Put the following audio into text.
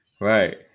right